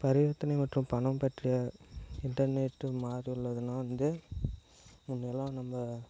பரிவர்த்தனை மற்றும் பணம் பற்றிய இன்டர்நெட்டு மாதிரி உள்ளதுலாம் வந்து முன்னயெல்லாம் நம்ப